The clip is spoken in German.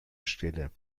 stille